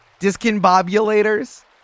Discombobulators